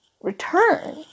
return